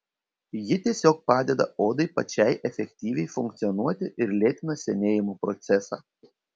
ji tiesiog padeda odai pačiai efektyviai funkcionuoti ir lėtina senėjimo procesą